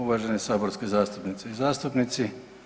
Uvažene saborske zastupnice i zastupnici.